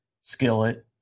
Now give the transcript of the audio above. skillet